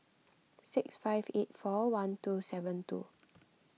six five eight four one two seven two